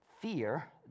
Fear